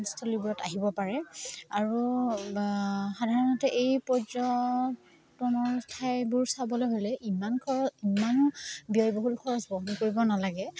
স্থলীবোৰত আহিব পাৰে আৰু সাধাৰণতে এই পৰ্যটনৰ ঠাইবোৰ চাবলৈ হ'লে ইমান খৰচ ইমানো ব্যয়বহুল খৰচ বহন কৰিব নালাগে